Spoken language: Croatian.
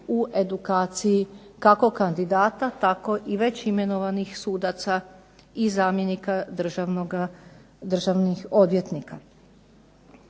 u edukaciji kako kandidata tako i već imenovanih sudaca i zamjenika Državnih odvjetnika.